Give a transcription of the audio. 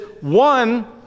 one